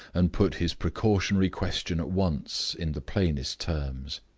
and put his precautionary question at once in the plainest terms.